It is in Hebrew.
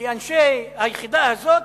כי אנשי היחידה הזאת,